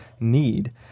need